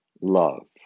love